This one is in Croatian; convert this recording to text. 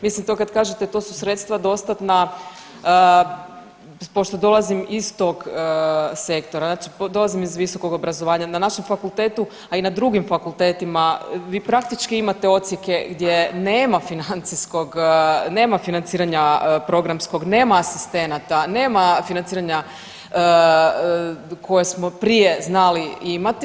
Mislim to kad kažete to su sredstva dostatna pošto dolazim iz tog sektora, znači dolazim iz visokog obrazovanja na našem fakultetu, a i na drugim fakultetima vi praktički imate odsjeke gdje nam financiranja programskog, nema asistenata, nema financiranja koje smo prije znali imati.